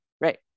Right